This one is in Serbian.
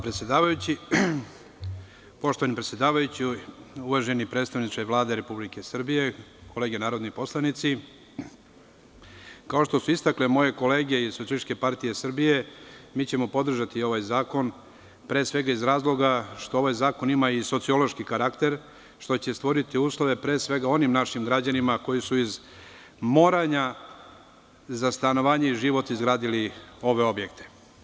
Poštovani predsedavajući, uvaženi predstavniče Vlade Republike Srbije, kolege narodni poslanici, kao što su istakle moje kolege iz SPS, mi ćemo podržati ovaj zakon, pre svega iz razloga što ovaj zakon ima i sociološki karakter, što će stvoriti uslove pre svega onim našim građanima koji su iz moranja za stanovanje i život izgradili ove objekte.